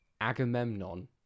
Agamemnon